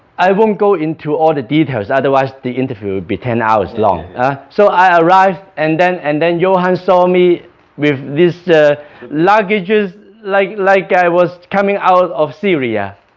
i won't go into all the details. otherwise the interview be ten hours long ah so i arrived and then and then johan saw me with these luggages, like like i was coming out of syria